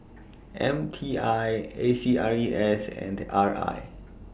M T I A C R E S and R I